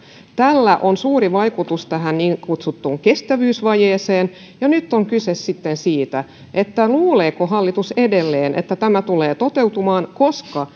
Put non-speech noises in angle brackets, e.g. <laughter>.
tällä on suuri vaikutus tähän niin kutsuttuun kestävyysvajeeseen ja nyt on kyse sitten siitä että luuleeko hallitus edelleen että tämä tulee toteutumaan koska <unintelligible>